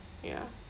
ya